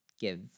give